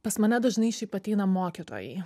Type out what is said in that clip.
pas mane dažnai šiaip ateina mokytojai